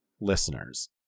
listeners